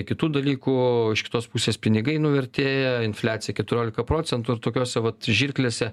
kitų dalykų iš kitos pusės pinigai nuvertėja infliacija keturiolika procentų ir tokiose vat žirklėse